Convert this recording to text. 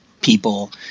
people